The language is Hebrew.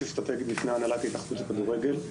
אסטרטגית בפני הנהלת התאחדות הכדורגל.